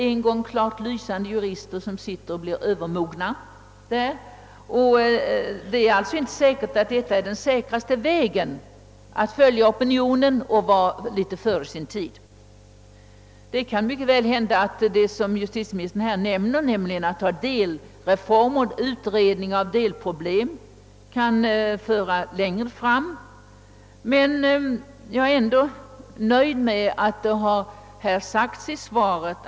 En gång klart lysande juristexperter kan stanna kvar i en sådan beredning och hinna bli övermogna. En lagberedning är således inte alltid säkraste vägen, om man vill följa opinionen och till och med hålla sig en smula före sin tid. Det kan hända att utvecklingen kan drivas längre genom att man — som justitieministern nämnde — utreder delproblem och genomför delreformer. Men jag är ändå nöjd med vad justitieministern sagt i sitt svar.